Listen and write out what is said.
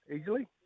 easily